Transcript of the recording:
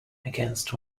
against